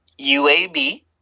UAB